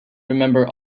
remember